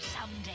Someday